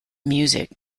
music